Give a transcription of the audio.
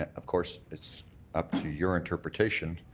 of course, it's up to your interpretation,